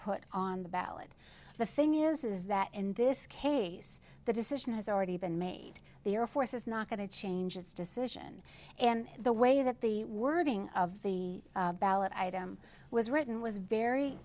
put on the ballot the thing yes is that in this case the decision has already been made the air force is not going to change its decision and the way that the wording of the ballot item was written was very